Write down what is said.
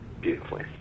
beautifully